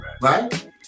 Right